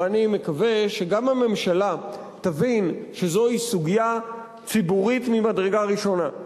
ואני מקווה שגם הממשלה תבין שזוהי סוגיה ציבורית ממדרגה ראשונה,